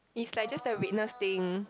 it's like just the redness thing